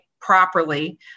properly